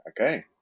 Okay